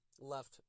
left